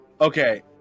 Okay